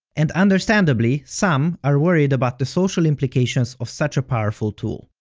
and understandably, some are worried about the social implications of such a powerful tool.